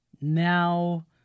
Now